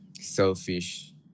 selfish